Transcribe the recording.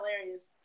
hilarious